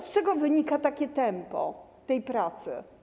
Z czego wynika takie tempo tej pracy?